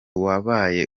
wabaye